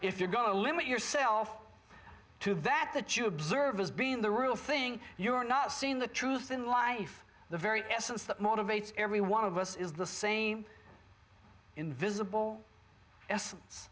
if you're going to limit yourself to that the jew observe as being the real thing you are not seeing the truth in life the very essence that motivates every one of us is the same invisible essence